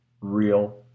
real